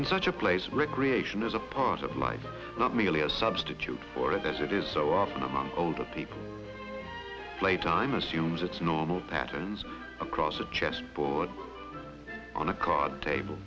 in such a place recreation is a part of life not merely a substitute for it as it is so often among older people playtime assumes its normal patterns across a chess board on a card table